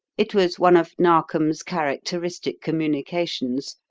it was one of narkom's characteristic communications,